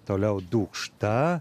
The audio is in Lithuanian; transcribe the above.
toliau dūkšta